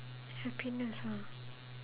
happiness ah